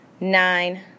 Nine